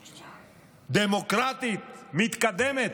דמוקרטית, מתקדמת,